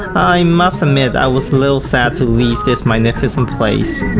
i must admit i was little sad to leave this magnificent place.